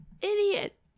idiot